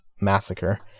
massacre